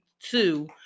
two